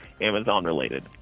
Amazon-related